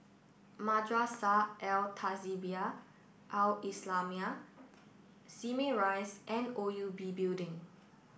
Madrasah Al Tahzibiah Al islamiah Simei Rise and O U B Building